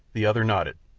the other nodded,